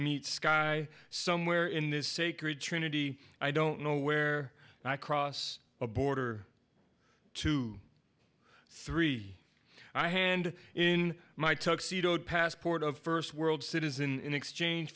meets sky somewhere in this sacred trinity i don't know where i cross a border to three i hand in my took passport of first world citizen in exchange